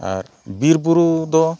ᱟᱨ ᱵᱤᱨ ᱵᱩᱨᱩᱫᱚ